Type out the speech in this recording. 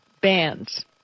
bands